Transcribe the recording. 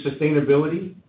sustainability